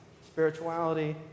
spirituality